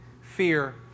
fear